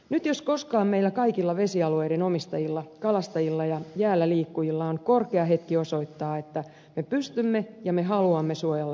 nyt jos koskaan meillä kaikilla vesialueiden omistajilla kalastajilla ja jäällä liikkujilla on korkea hetki osoittaa että me pystymme ja me haluamme suojella saimaannorppaa